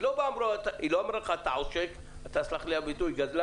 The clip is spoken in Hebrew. היא לא אמרה לך שאתה עושק או גזלן,